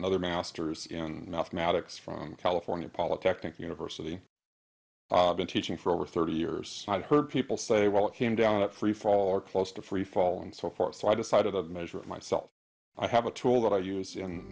another master's in mathematics from california polytechnic university been teaching for over thirty years i heard people say well it came down at free fall or close to free fall and so forth so i decided to measure it myself i have a tool that i